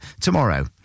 tomorrow